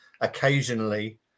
occasionally